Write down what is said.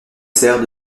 sert